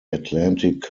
atlantic